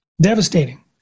devastating